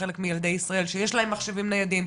חלק מילדי ישראל שיש להם מחשבים ניידים,